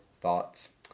thoughts